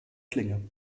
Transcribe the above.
klinge